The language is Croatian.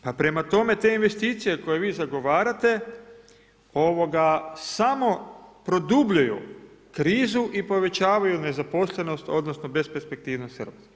Pa prema tome, te investicije koje vi zagovarate samo produbljuju krizu i povećavaju nezaposlenost odnosno besperspektivnost RH.